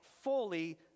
fully